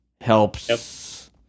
Helps